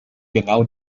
genau